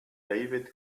david